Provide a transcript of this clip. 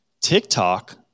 TikTok